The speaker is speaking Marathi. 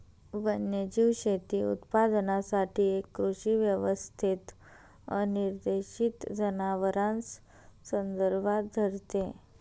वन्यजीव शेती उत्पादनासाठी एक कृषी व्यवस्थेत अनिर्देशित जनावरांस संदर्भात धरते